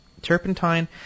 turpentine